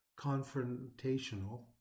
confrontational